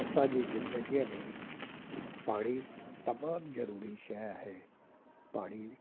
असांजी ज़िंदगीअ में पाणी तमामु ज़रूरी शइ आहे पाणी